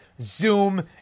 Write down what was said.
Zoom